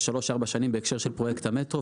שלוש-ארבע שנים בהקשר של פרויקט המטרו,